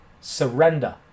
surrender